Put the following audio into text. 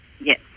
Yes